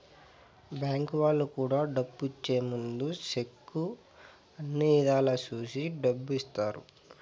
bank వాళ్ళు కూడా డబ్బు ఇచ్చే ముందు సెక్కు అన్ని ఇధాల చూసి డబ్బు ఇత్తారు